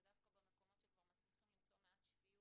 ודווקא במקומות שכבר מצליחים למצוא מעט שפיות